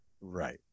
Right